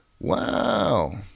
Wow